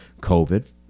COVID